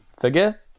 figure